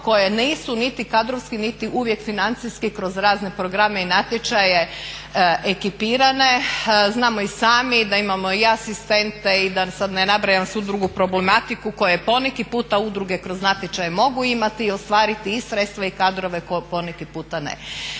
koje nisu niti kadrovski niti uvijek financijski kroz razne programe i natječaje ekipirane. Znamo i sami da imamo i asistente i da sad ne nabrajam svu drugu problematiku koju poneki puta udruge kroz natječaje mogu imati, ostvariti i sredstva i kadrove a poneki puta ne.